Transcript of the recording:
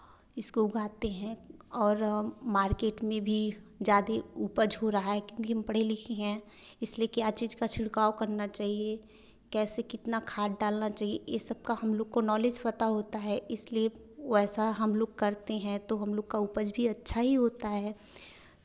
इसको उगाते हैं और मार्केट में भी ज़्यादा उपज हो रहा है क्योंकि हम पढ़े लिखे हैं इसलिए क्या चीज़ का छिड़काव करना चाहिए कैसे कितना खाद डालना चाहिए यह सब का हम लोग को नॉलेज पता होता है इसलिए वैसा हम लोग करते हैं तो हम लोग का उपज भी अच्छा ही होता है